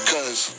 Cause